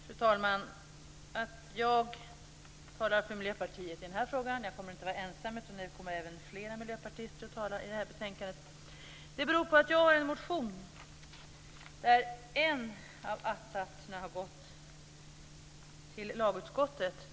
Fru talman! Flera kommer att tala för Miljöpartiet i den här frågan. Att även jag yttrar mig med anledning av det här betänkandet beror på att jag har en motion där en av att-satserna har gått till bostadsutskottet.